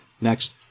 next